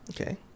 Okay